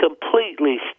completely